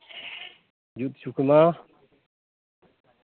ᱡᱩᱛ ᱦᱚᱪᱚ ᱠᱮᱢᱟ